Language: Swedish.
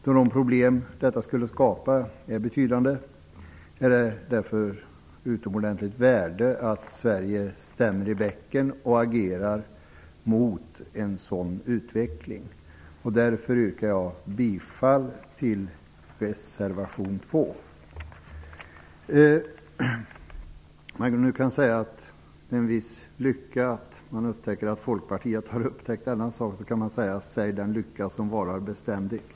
Då de problem som detta skulle skapa är betydande, är det av utomordentligt värde att Sverige stämmer i bäcken och agerar mot en sådan utveckling. Därför yrkar jag bifall till reservation 2. Om man nu kan säga att det är en viss lycka att upptäcka att Folkpartiet har upptäckt denna sak kan man säga: Säg den lycka som varar beständigt?